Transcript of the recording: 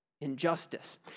injustice